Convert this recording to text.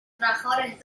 trabajadores